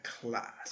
class